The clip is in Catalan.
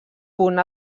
punt